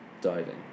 diving